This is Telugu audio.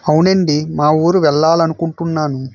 అవునండి మా ఊరు వెళ్ళాలని అనుకుంటున్నాను